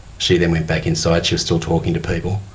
she then went back inside, she was still talking to people.